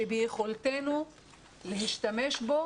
שביכולתנו להשתמש בו